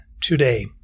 today